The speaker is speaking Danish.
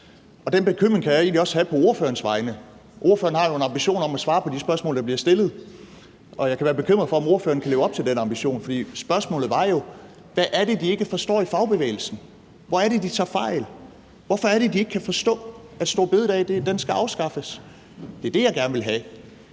Den bekymring kan jeg egentlig også have på ordførerens vegne. Ordføreren har nogle ambitioner om at svare på de spørgsmål, der bliver stillet, og jeg kan være bekymret for, om ordføreren kan leve op til den ambition, for spørgsmålet var jo: Hvad er det, de ikke forstår i fagbevægelsen? Hvor er det, de tager fejl? Hvorfor er det, de ikke kan forstå, at store bededag skal afskaffes? Det er det, jeg gerne vil have